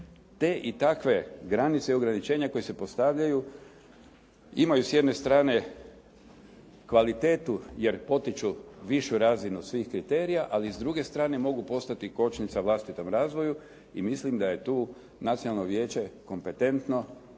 Te i takve granice ograničenja koje se postavljaju imaju s jedne strane kvalitetu jer potiču višu razinu svih kriterija, ali s druge strane mogu postati kočnica vlastitom razvoju i mislim da je tu nacionalno vijeće kompetentno